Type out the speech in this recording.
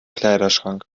kleiderschrank